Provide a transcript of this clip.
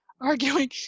arguing